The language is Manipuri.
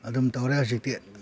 ꯑꯗꯨꯝ ꯇꯧꯔꯦ ꯍꯧꯖꯤꯛꯇꯤ